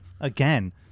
again